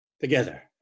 together